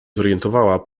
zorientowała